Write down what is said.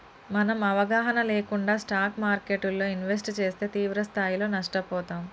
మనం అవగాహన లేకుండా స్టాక్ మార్కెట్టులో ఇన్వెస్ట్ చేస్తే తీవ్రస్థాయిలో నష్టపోతాం